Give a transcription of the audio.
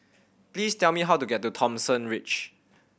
please tell me how to get to Thomson Ridge